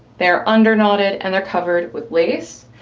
they're under knotted and they're covered with lace.